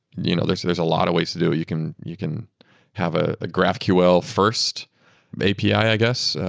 you know there's there's a lot of ways to do it. you can you can have ah a graphql first api, i guess,